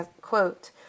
quote